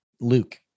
luke